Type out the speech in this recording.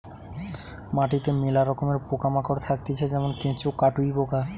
মাটিতে মেলা রকমের পোকা মাকড় থাকতিছে যেমন কেঁচো, কাটুই পোকা